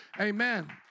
Amen